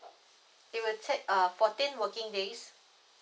it will take uh fourteen working days